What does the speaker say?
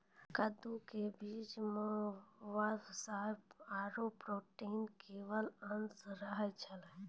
कद्दू क बीजो म वसा आरु प्रोटीन केरो अंश रहै छै